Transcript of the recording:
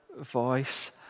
voice